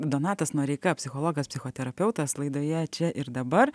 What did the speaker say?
donatas noreika psichologas psichoterapeutas laidoje čia ir dabar